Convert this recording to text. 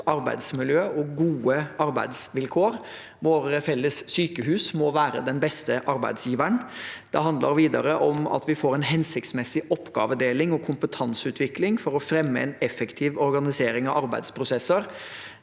arbeidsmiljø og gode arbeidsvilkår. Våre felles sykehus må være den beste arbeidsgiveren. Det handler videre om at vi får en hensiktsmessig oppgavedeling og kompetanseutvikling for å fremme en effektiv organisering av arbeidsprosesser.